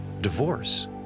Divorce